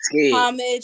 Homage